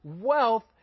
wealth